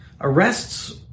arrests